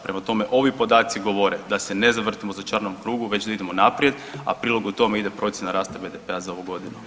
Prema tome, ovi podaci govore da se ne zavrtimo u začaranom krugu već da idemo naprijed, a prilogu tome ide procjena rasta BDP-a za ovu godinu.